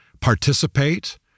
participate